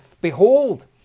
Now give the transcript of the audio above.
Behold